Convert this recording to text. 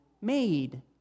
made